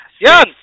Yes